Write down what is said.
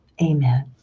Amen